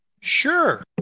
Sure